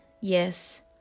Yes